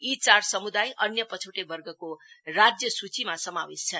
यी चार सम्दाय अन्य पछौटे वर्गको राज्य सुचिमा समावेश छन्